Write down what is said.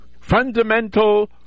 Fundamental